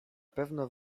pewno